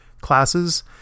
classes